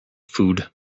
food